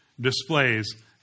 displays